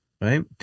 right